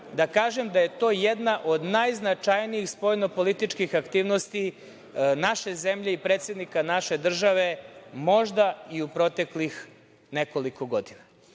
da kažem da je to jedna od najznačajnijih spoljno-političkih aktivnosti naše zemlje i predsednika naše države možda i u proteklih nekolika